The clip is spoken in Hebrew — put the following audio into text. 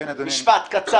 כן, אדוני, משפט קצר.